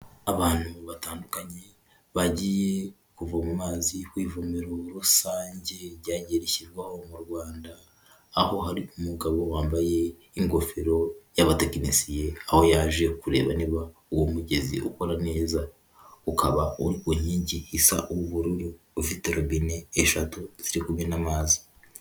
Abantu batandukanye bagiye kuvoma amazi ku ivomero rusange ryagiye rishyirwaho mu Rwanda, aho hari umugabo wambaye ingofero y'abatekinisiye, aho yaje kureba niba uwo mugezi ukora neza, ukaba uri ku nkingi isa ubururu, ufite robine eshatu ziri kumena amazi.